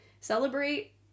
celebrate